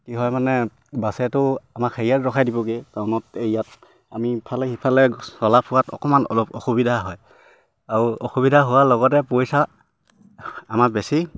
নকি হয় মানে বাছেতো আমাক হেৰিয়াত ৰখাই দিবগে টাউনত ইয়াত আমি ইফালে সিফালে চলাফোৱাত অকমান অলপ অসুবিধা হয় আও অসুবিধা হোৱাৰ লগতে পইচা আমাক বেছি